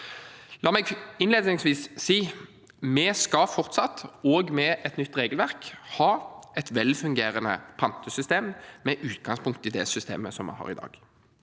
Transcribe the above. La meg innledningsvis si: Vi skal fortsatt, også med et nytt regelverk, ha et velfungerende pantesystem med utgangspunkt i det systemet vi har i dag.